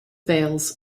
veils